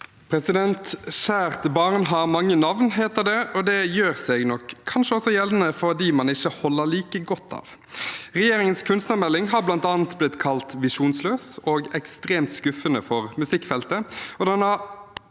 leder): Kjært barn har mange navn, heter det, og det gjør seg nok kanskje også gjeldende for dem man ikke holder like godt av. Regjeringens kunstnermelding har bl.a. blitt kalt visjonsløs og ekstremt skuffende for musikkfeltet, og den har